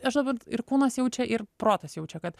aš dabar ir kūnas jaučia ir protas jaučia kad